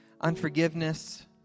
Unforgiveness